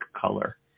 color